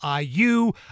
IU